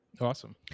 Awesome